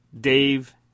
Dave